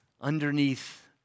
underneath